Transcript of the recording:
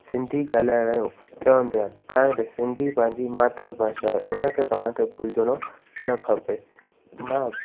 सिंधी ॻाल्हाइण जो चवंदो आहियां कारण की सिंधी पंहिंजी मातृभाषा आहे उनखे पाण खे भुलिजिणो न खपे मां